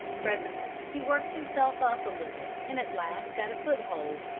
presently he worked himself up a little and at last got a foothold.